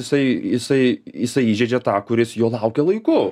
jisai jisai jisai įžeidžia tą kuris jo laukia laiku